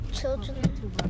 children